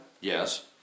Yes